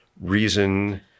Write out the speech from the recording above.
reason